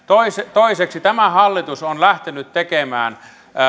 toiseksi tämä hallitus on lähtenyt tekemään